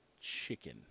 chicken